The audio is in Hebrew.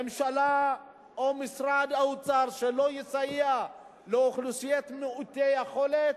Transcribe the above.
ממשלה או משרד האוצר שלא יסייעו לאוכלוסיית מעוטי היכולת,